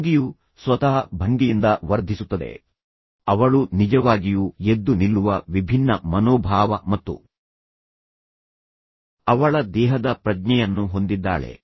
ಭಂಗಿಯು ಸ್ವತಃ ಭಂಗಿಯಿಂದ ವರ್ಧಿಸುತ್ತದೆ ಅವಳು ನಿಜವಾಗಿಯೂ ಎದ್ದು ನಿಲ್ಲುವ ವಿಭಿನ್ನ ಮನೋಭಾವ ಮತ್ತು ಅವಳ ದೇಹದ ಪ್ರಜ್ಞೆಯನ್ನು ಹೊಂದಿದ್ದಾಳೆ